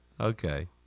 Okay